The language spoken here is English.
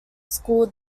school